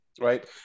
right